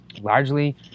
largely